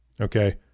Okay